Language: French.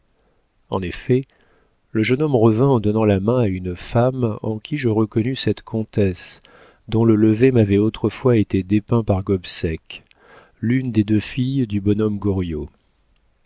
en effet le jeune homme revint en donnant la main à une femme en qui je reconnus cette comtesse dont le lever m'avait autrefois été dépeint par gobseck l'une des deux filles du bonhomme